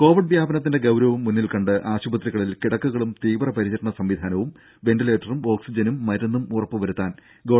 Covid വ്യാപനത്തിന്റെ ഗൌരവം മുന്നിൽക്കണ്ട് ആശുപത്രികളിൽ കിടക്കകളും തീവ്രപരിചരണ സംവിധാനവും വെന്റിലേറ്ററും ഓക്സിജനും മരുന്നും ഉറപ്പു വരുത്താൻ ഗവ